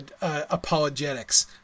apologetics